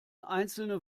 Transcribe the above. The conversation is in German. einzelne